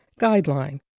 Guideline